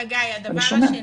הדבר השני,